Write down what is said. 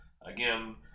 Again